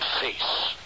face